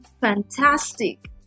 fantastic